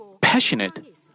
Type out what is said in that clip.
passionate